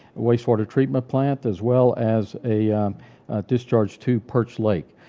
wastewater treatment plant as well as a discharge to perch lake.